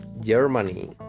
Germany